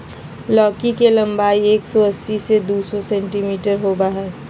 लौकी के लम्बाई एक सो अस्सी से दू सो सेंटीमिटर होबा हइ